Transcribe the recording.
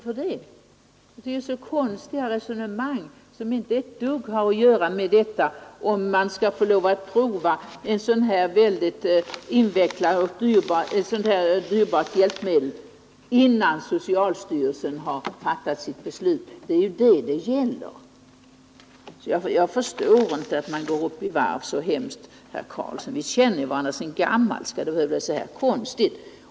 Det är ett konstigt resonemang herr Karlsson i Huskvarna för, som inte har ett dugg att göra med om man skall få lov att prova ett så dyrbart och invecklat hjälpmedel som det här är fråga om, innan socialstyrelsen har fattat sitt beslut. Ty det är ju detta det gäller. Jag förstår inte att herr Karlsson i Huskvarna går upp i varv så förskräckligt. Vi känner ju varandra sedan gammalt; då skall vi väl inte behöva göra detta så konstigt.